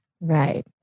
Right